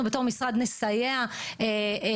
אנחנו בתור משרד נסייע להפנות.